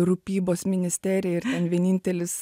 rūpybos ministerija ir vienintelis